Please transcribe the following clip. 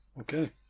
Okay